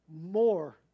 more